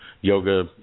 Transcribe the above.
yoga